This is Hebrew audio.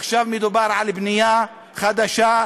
עכשיו מדובר על בנייה חדשה,